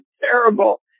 terrible